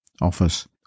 office